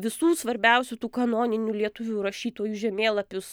visų svarbiausių tų kanoninių lietuvių rašytojų žemėlapius